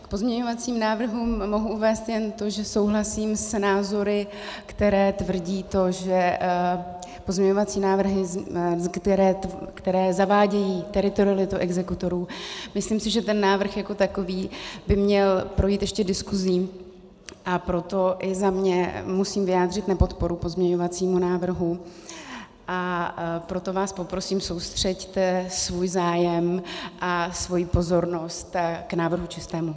K pozměňovacím návrhům mohu uvést jen to, že souhlasím s názory, které tvrdí to, že pozměňovací návrhy, které zavádějí teritorialitu exekutorů, myslím si, že ten návrh jako takový by měl projít ještě diskusí, a proto i za sebe musím vyjádřit nepodporu pozměňovacímu návrhu, a proto vás prosím, soustřeďte svůj zájem a svoji pozornost k návrhu čistému.